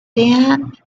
din